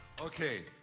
Okay